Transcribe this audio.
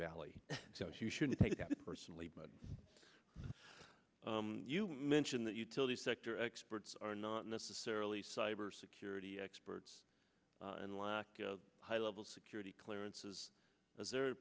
valley you should take it personally but you mention that utility sector experts are not necessarily cyber security experts and lock high level security clearances is there a